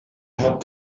helped